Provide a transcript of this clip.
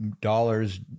dollars